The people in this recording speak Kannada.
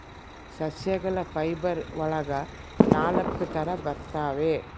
ಸಸ್ಯಗಳ ಫೈಬರ್ ಒಳಗ ನಾಲಕ್ಕು ತರ ಬರ್ತವೆ